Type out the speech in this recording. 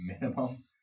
minimum